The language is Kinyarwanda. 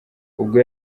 ubwo